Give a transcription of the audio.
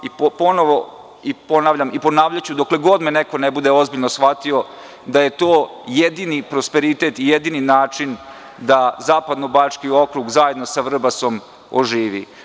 Ponovo ponavljam, i ponavljaću dokle god me neko ne bude ozbiljno shvatio, da je to jedini prosperitet i jedini način da Zapadnobački okrug zajedno sa Vrbasom oživi.